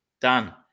done